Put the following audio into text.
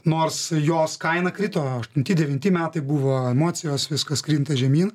nors jos kaina krito aštunti devinti metai buvo emocijos viskas krinta žemyn